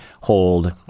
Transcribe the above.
hold